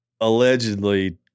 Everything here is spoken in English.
allegedly